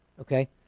okay